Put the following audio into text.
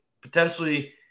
potentially